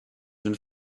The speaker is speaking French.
une